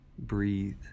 breathe